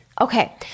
Okay